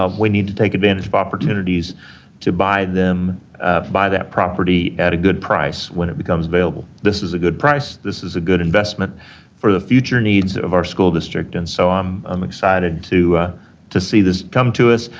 we need to take advantage of opportunities to buy them buy that property at a good price when it becomes available. this is a good price. this is a good investment for the future needs of our school district, and so, i'm um excited to to see this come to us.